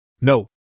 No